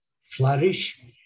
flourish